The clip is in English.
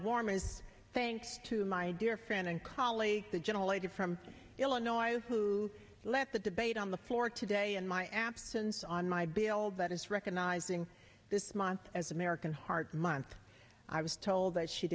warmest thanks to my dear friend and colleague the gentle lady from illinois who let the debate on the floor today in my absence on my bill that is recognizing this month as american heart month i was told that she